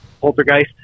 Poltergeist